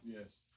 Yes